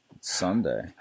Sunday